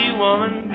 woman